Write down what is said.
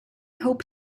hope